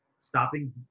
stopping